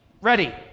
Ready